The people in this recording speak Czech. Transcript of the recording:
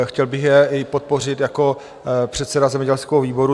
Chtěl bych je podpořit jako předseda zemědělského výboru.